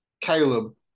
Caleb